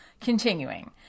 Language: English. continuing